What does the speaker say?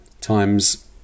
times